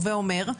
הווי אומר,